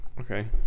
Okay